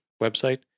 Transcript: website